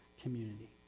community